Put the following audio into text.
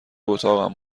اتاقم